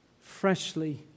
Freshly